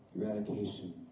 eradication